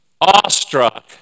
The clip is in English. awestruck